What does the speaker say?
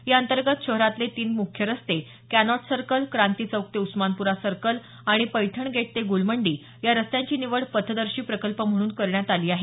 या अंतर्गत शहरातले तीन मुख्य रस्ते कॅनॉट सर्कल क्रांती चौक ते उस्मानप्रा सर्कल आणि पैठणगेट ते गुलमंडी या रस्त्यांची निवड पथदर्शी प्रकल्प म्हणून करण्यात आली आहे